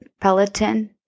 Peloton